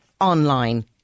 online